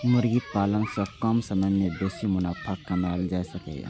मुर्गी पालन सं कम समय मे बेसी मुनाफा कमाएल जा सकैए